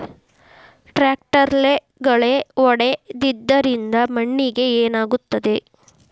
ಟ್ರಾಕ್ಟರ್ಲೆ ಗಳೆ ಹೊಡೆದಿದ್ದರಿಂದ ಮಣ್ಣಿಗೆ ಏನಾಗುತ್ತದೆ?